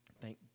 thank